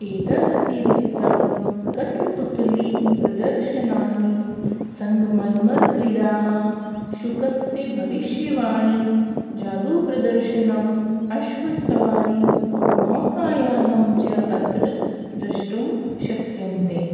एतदतिरिक्तं कठ्पुतलीप्रदर्शनानि सङ्गमर्मर्क्रीडाः शुकस्य भविष्यवाणी जादूप्रदर्शनं अश्वसवारीं नौकाया नं च अत्र द्रष्टुं शक्यन्ते